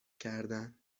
کردن